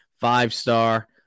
Five-star